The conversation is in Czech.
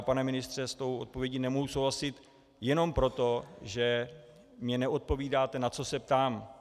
Pane ministře, s touto odpovědí nemohu souhlasit jenom proto, že mi neodpovídáte, na co se ptám.